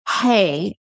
hey